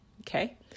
Okay